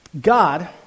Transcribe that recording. God